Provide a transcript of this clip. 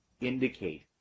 Indicate